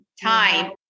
time